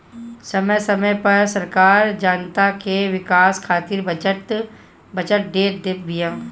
समय समय पअ सरकार जनता के विकास खातिर बजट देत बिया